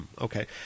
Okay